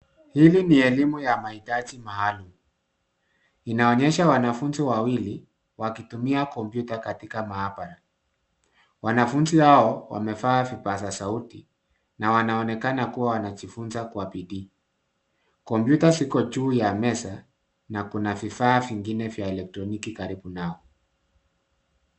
Hili ni elimu ya mahitaji maalum inaonyesha wanafunzi wawili wakitumia komputa katika mahabara. Wanafunzi hao wamevaa vipaza sauti na wanaonekana kuwa wanajifunza kwa bidii. Komputa ziko juu ya meza na kuna vifaa vingine vya eletroniki karibu nao.